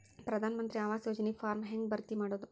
ಪ್ರಧಾನ ಮಂತ್ರಿ ಆವಾಸ್ ಯೋಜನಿ ಫಾರ್ಮ್ ಹೆಂಗ್ ಭರ್ತಿ ಮಾಡೋದು?